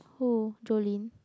who Jolin